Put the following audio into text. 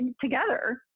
together